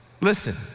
listen